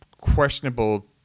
questionable